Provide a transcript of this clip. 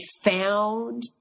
found